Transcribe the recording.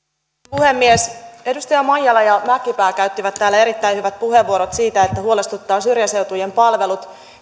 puhemies edustajat maijala ja mäkipää käyttivät täällä erittäin hyvät puheenvuorot siitä että teitä huolestuttavat syrjäseutujen palvelut